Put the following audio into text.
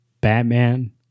Batman